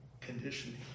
Conditioning